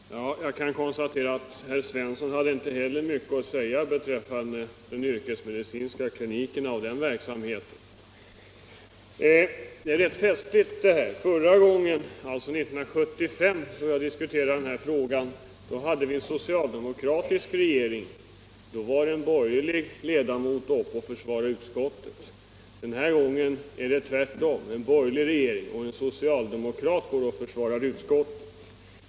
Herr talman! Jag kan konstatera att herr Svensson i Kungälv inte heller hade mycket att säga beträffande de yrkesmedicinska klinikerna och verksamheten där. Förra gången, alltså 1975, då jag diskuterade den här frågan hade vi en socialdemokratisk regering, och då var en borgerlig ledamot uppe och försvarade utskottet. Men den här gången är det tvärtom, en borgerlig regering och en socialdemokrat som går upp och försvarar utskottet. Det är rätt festligt.